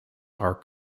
are